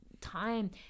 time